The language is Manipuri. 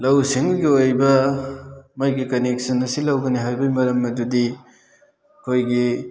ꯂꯧꯎ ꯁꯤꯡꯎꯒꯤ ꯑꯣꯏꯕ ꯃꯣꯏꯒꯤ ꯀꯟꯅꯦꯛꯁꯟ ꯑꯁꯤ ꯂꯧꯒꯅꯤ ꯍꯥꯏꯕꯩ ꯃꯔꯝ ꯑꯗꯨꯗꯤ ꯑꯩꯈꯣꯏꯒꯤ